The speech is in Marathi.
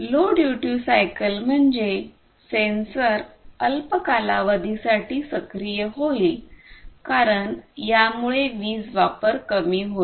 लो ड्यूटी सायकल म्हणजे सेन्सर अल्प कालावधीसाठी सक्रिय होईल कारण यामुळे वीज वापर कमी होईल